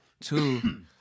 two